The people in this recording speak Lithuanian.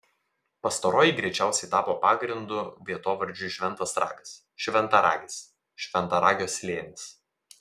pastaroji greičiausiai tapo pagrindu vietovardžiui šventas ragas šventaragis šventaragio slėnis